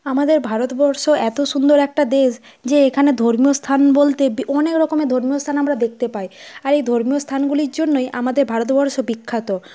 আমাদের ভারতবর্ষ এত সুন্দর একটা দেশ যে এখানে ধর্মীয় স্থান বলতে বে অনেক রকমের ধর্মীয় স্থান আমরা দেখতে পাই আর এই ধর্মীয় স্থানগুলির জন্যই আমাদের ভারতবর্ষ বিখ্যাত